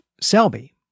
Selby